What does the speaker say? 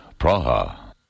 Praha